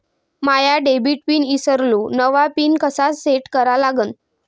माया debit pin ईसरलो, नवा pin कसा सेट करा लागन?